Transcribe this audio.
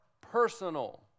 personal